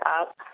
up